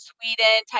Sweden